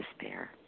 despair